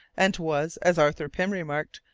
and was, as arthur pym remarked,